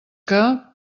que